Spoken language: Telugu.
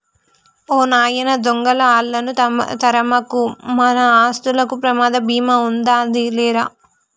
ఓ నాయన దొంగలా ఆళ్ళను తరమకు, మన ఆస్తులకు ప్రమాద భీమా ఉందాది లేరా